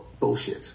bullshit